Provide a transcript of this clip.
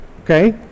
okay